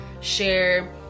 share